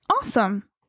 awesome